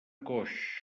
coix